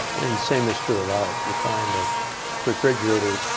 and same is true of art. you find a refrigerator